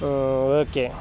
okay